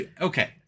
Okay